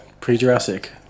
Pre-Jurassic